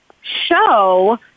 show